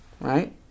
right